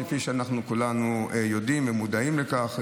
כפי שכולנו יודעים ומודעים לכך.